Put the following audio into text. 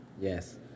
Yes